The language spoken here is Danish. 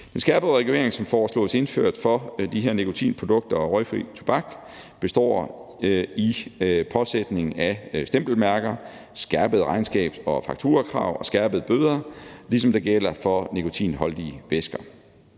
Den skærpede regulering, som foreslås indført for de her nikotinprodukter og røgfri tobak, består i påsætning af stempelmærker, skærpede regnskabs- og fakturakrav og skærpede bøder, ligesom det gælder for nikotinholdige væsker.